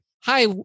hi